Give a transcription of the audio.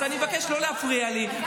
אז אני מבקש לא להפריע לי.